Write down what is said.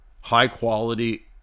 high-quality